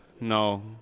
No